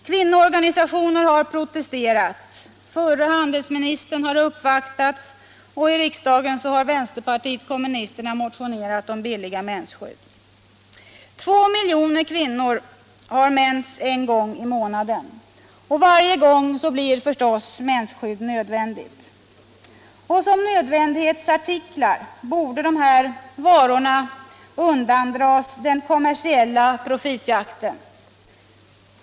Kvinnoorganisationer har protesterat, förre handelsministern har uppvaktats och i riksdagen har vänsterpartiet kommunisterna motionerat om billiga mensskydd. Två miljoner kvinnor har mens en gång i månaden. Varje gång blir förstås mensskydd nödvändigt. Och som nödvändighetsartiklar borde de här varorna undandras den kommersiella profitjakten.